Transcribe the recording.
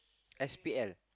S P L